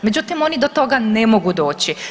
Međutim, oni do toga ne mogu doći.